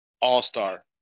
all-star